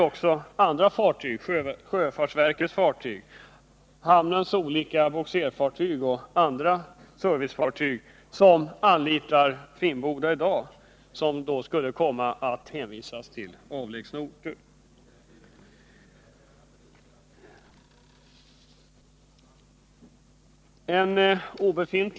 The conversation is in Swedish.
Också andra fartyg, såsom sjöfartsverkets båtar, hamnarnas bogserfartyg och andra servicefartyg, som i dag anlitar Finnboda, skulle komma att hänvisas till avlägsna orter för varvsservice.